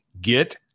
Get